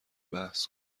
بحث